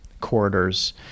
corridors